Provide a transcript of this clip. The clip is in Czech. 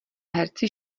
herci